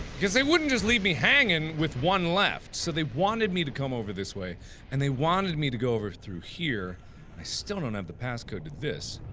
because they wouldn't just leave me hanging with one laughs they wanted me to come over this way and they wanted me to go over through here i still don't have the passcode with this